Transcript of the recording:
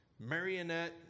marionette